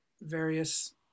various